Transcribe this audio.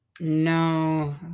No